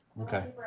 Okay